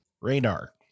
Radar